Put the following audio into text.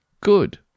good